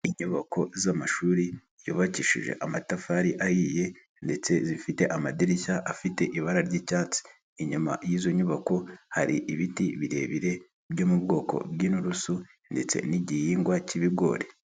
Inyubako z'amashuri yubakishije amatafari ahiye ndetse zifite amadirishya afite ibara ry'icyatsi, inyuma y'izo nyubako hari ibiti birebire byo mu bwoko bw'inturusu ndetse n'igihingwa cy'ibigori.